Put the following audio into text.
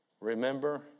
Remember